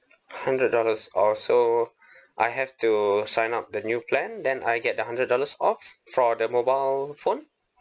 hundred dollars or so I have to sign up the new plan then I get the hundred dollars off for the mobile phone